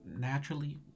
naturally